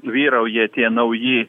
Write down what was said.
vyrauja tie nauji